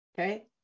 okay